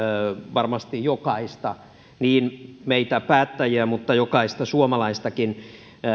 varmasti jokaista niin meitä päättäjiä kuin jokaista suomalaistakin